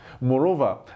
Moreover